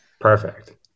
perfect